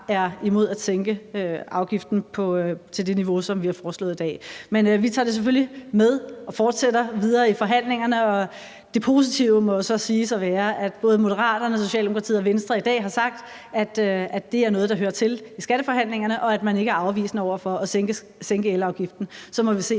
er imod at sænke afgiften til det niveau, som vi har foreslået i dag. Men vi tager det selvfølgelig med og fortsætter videre i forhandlingerne. Det positive må så siges at være, at både Moderaterne, Socialdemokratiet og Venstre i dag har sagt, at det er noget, der hører til i skatteforhandlingerne, og at man ikke er afvisende over for at sænke elafgiften. Så må vi se,